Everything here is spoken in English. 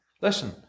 Listen